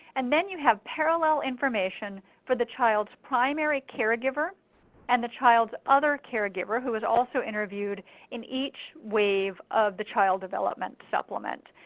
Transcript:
and then you have parallel information for the childs primary caregiver and the childs other caregiver, who is also interviewed in each wave of the child development supplement.